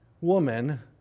woman